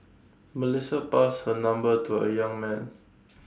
Melissa passed her number to A young man